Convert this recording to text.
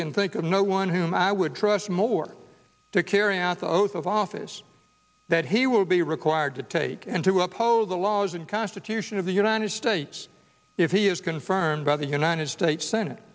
can think of no one whom i would trust more to carry out the oath of office that he will be required to take and to oppose the laws and constitution of the united states if he is confirmed by the united states senate